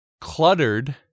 cluttered